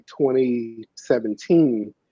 2017